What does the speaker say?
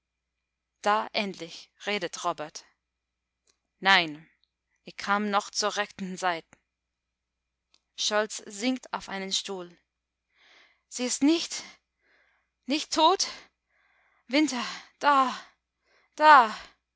da endlich redet robert nein ich kam noch zur rechten zeit scholz sinkt auf einen stuhl sie ist nicht nicht tot winter da da